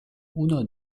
uno